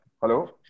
Hello